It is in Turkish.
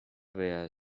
veya